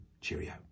cheerio